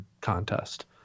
contest